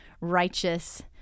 righteous